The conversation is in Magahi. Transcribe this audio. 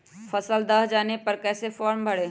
फसल दह जाने पर कैसे फॉर्म भरे?